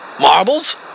marbles